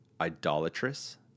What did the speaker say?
idolatrous